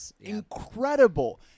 incredible